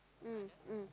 mm mm